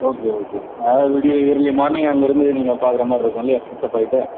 okay okay அதாவது விடிய early morning அங்கிருந்து நீங்கள் பார்க்கற மாதிரிருக்கும் இல்லையா ஃப்ரெஷ்அப் ஆகிட்டு